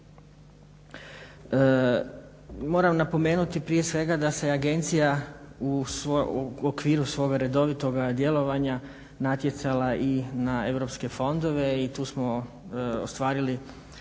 Moram napomenuti prije svega da se agencija u okviru svog redovitog djelovanja natjecala i ne europske fondove i tu smo ostvarili